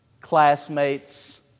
classmates